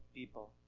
people